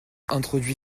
introduit